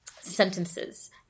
sentences